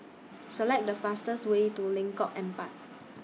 Select The fastest Way to Lengkong Empat